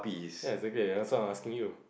ya exactly answer asking you